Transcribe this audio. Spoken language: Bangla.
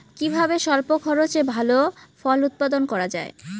কিভাবে স্বল্প খরচে ভালো ফল উৎপাদন করা যায়?